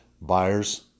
Buyers